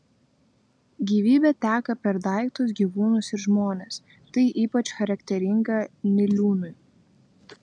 gyvybė teka per daiktus gyvūnus ir žmones tai ypač charakteringa niliūnui